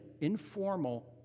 informal